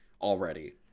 already